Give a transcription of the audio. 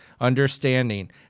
understanding